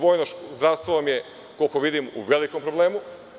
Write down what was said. Vojno zdravstvo vam je, koliko vidim, u velikom problemu.